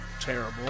terrible